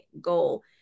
goal